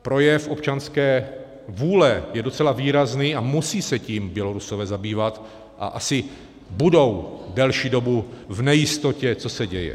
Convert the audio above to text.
Projev občanské vůle je docela výrazný a musí se tím Bělorusové zabývat a asi budou delší dobu v nejistotě, co se děje.